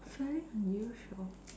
surely a new show